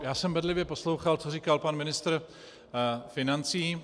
Já jsem bedlivě poslouchal, co říkal pan ministr financí.